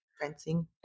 Fencing